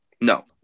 No